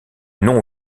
nom